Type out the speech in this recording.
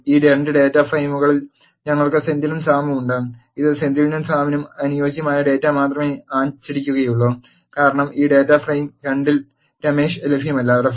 ഈ 2 ഡാറ്റാ ഫ്രെയിമുകളിൽ ഞങ്ങൾക്ക് സെന്തിലും സാമും ഉണ്ട് ഇത് സെന്തിലിനും സാമിനും അനുയോജ്യമായ ഡാറ്റ മാത്രമേ അച്ചടിക്കുകയുള്ളൂ കാരണം ഈ ഡാറ്റാ ഫ്രെയിം 2 ൽ റമെഷ് ലഭ്യമല്ല